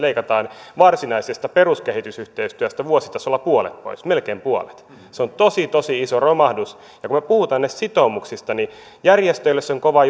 leikkaamme varsinaisesta peruskehitysyhteistyöstä vuositasolla melkein puolet pois se on tosi tosi iso romahdus ja kun me puhumme näistä sitoumuksista niin järjestöille se on kova